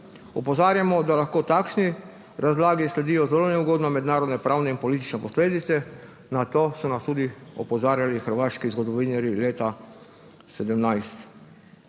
Opozarjamo, da lahko takšni razlagi sledijo zelo neugodne mednarodne pravne in politične posledice, na to so nas opozarjali tudi hrvaški zgodovinarji leta 2017.